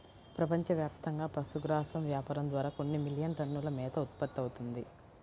ప్రపంచవ్యాప్తంగా పశుగ్రాసం వ్యాపారం ద్వారా కొన్ని మిలియన్ టన్నుల మేత ఉత్పత్తవుతుంది